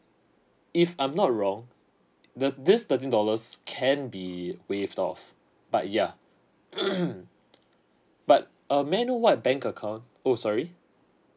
if I'm not wrong the this thirteen dollars can be waived off but yeah but err may I know what bank account oh sorry